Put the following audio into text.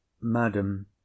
Madam